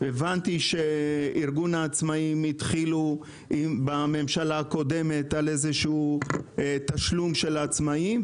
הבנתי שארגון העצמאים התחילו בממשלה הקודמת עם איזה שהוא תשלום לעצמאים,